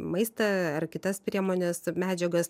maistą ar kitas priemones medžiagas